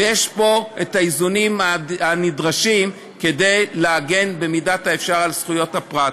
ויש פה האיזונים הנדרשים כדי להגן במידת האפשר על זכויות הפרט.